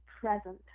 present